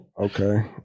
Okay